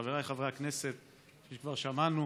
חבריי חברי הכנסת, כבר שמענו,